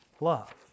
love